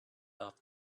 off